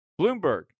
Bloomberg